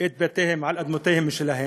את בתיהם על אדמותיהם שלהם,